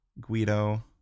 Guido